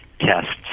tests